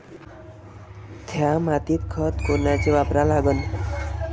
थ्या मातीत खतं कोनचे वापरा लागन?